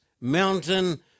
mountain